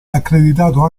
accreditato